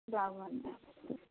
ଯା ହୁଅନ୍ତା